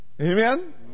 Amen